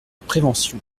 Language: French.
prévention